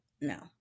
no